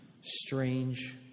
strange